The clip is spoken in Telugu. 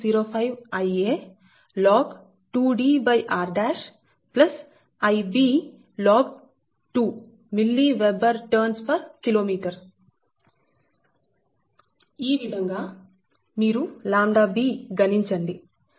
4605Ia log 2Dr Ib log2 mWb Tkm ఈ విధంగా మీరు ʎb గణించండి ʎb 0